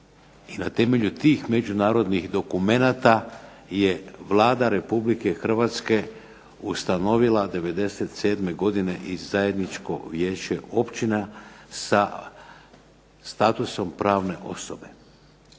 i na temelju tih međunarodnih dokumenata je Vlada Republike Hrvatske ustanovila 97. godine zajedničko Vijeće općina sa statusom pravne osobe